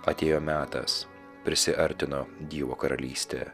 atėjo metas prisiartino dievo karalystė